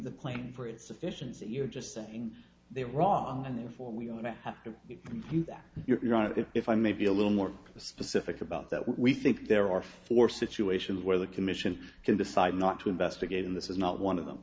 the claim for its efficiency you're just saying they're wrong and therefore we have to prove that you're out of it if i may be a little more specific about that we think there are four situations where the commission can decide not to investigate in this is not one of them